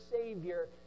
Savior